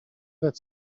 that